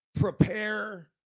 prepare